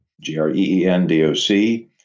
G-R-E-E-N-D-O-C